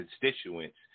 constituents